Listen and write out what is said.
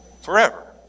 Forever